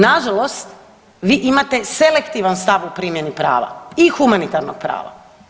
Na žalost vi imate selektivan stav u primjeni prava i humanitarnog prava.